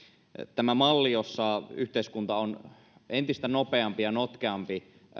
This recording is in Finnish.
tämä malli jossa yhteiskunta on entistä nopeampi ja notkeampi